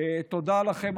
תודה לכם.